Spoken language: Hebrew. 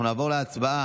אנחנו נעבור להצבעה,